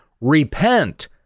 Repent